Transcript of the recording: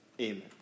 Amen